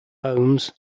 holmes